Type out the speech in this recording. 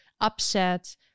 upset